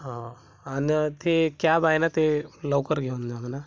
हां आणि ते क्याब आहे ना ते लवकर घेऊन जा म्हणा